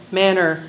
manner